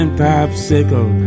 popsicle